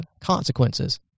consequences